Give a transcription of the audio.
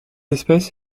espèce